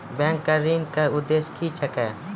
Bank के ऋण का उद्देश्य क्या हैं?